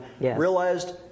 Realized